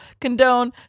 condone